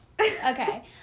Okay